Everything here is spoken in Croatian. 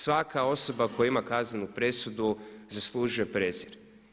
Svaka osoba koja ima kaznenu presudu zaslužuje prezir.